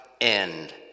end